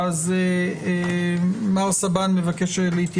ירון סבן, מנכ"ל תקווה חדשה, מבקש להתייחס.